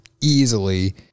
easily